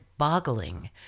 Boggling